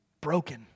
broken